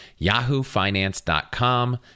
YahooFinance.com